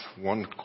one